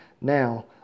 Now